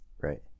Right